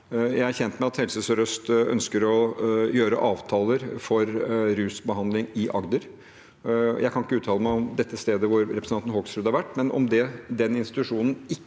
Jeg er kjent med at Helse Sør-Øst ønsker å gjøre avtaler for rusbehandling i Agder. Jeg kan ikke uttale meg om dette stedet hvor representanten Hoksrud har vært, men om den institusjonen ikke